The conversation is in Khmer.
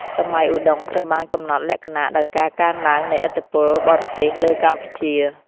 សម័យឧដុង្គត្រូវបានកំណត់លក្ខណៈដោយការកើនឡើងនៃឥទ្ធិពលបរទេសលើកម្ពុជា។